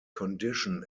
condition